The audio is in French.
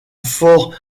fort